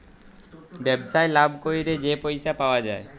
ব্যবসায় লাভ ক্যইরে যে পইসা পাউয়া যায়